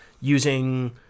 using